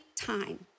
time